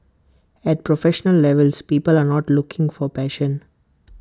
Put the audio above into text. at professional levels people are not looking for passion